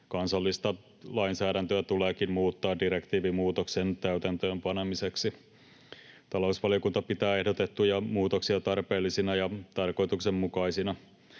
Kansallista lainsäädäntöä tuleekin muuttaa direktiivimuutoksen täytäntöön panemiseksi. Talousvaliokunta pitää ehdotettuja muutoksia tarpeellisina ja tarkoituksenmukaisina.